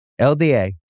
LDA